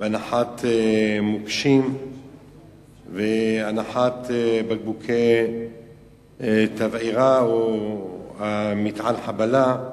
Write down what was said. הנחת מוקשים והנחת בקבוקי תבערה או מטען חבלה,